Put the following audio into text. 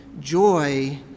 joy